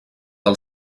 del